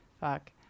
Fuck